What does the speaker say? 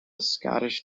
scottish